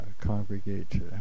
congregate